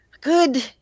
good